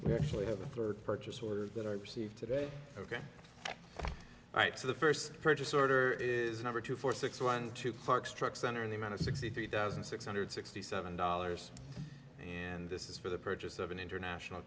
we actually have a third purchase order that i received today ok all right so the first purchase order is number two four six one two parks truck center in the amount of sixty three thousand six hundred sixty seven dollars and this is for the purchase of an international